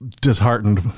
disheartened